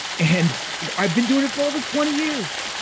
and i've been doing it for over twenty years!